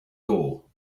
goal